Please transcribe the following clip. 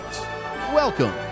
welcome